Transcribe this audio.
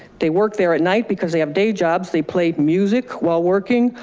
they work there at night because they have day jobs. they played music while working,